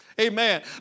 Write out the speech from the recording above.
Amen